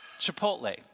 Chipotle